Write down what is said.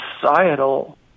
societal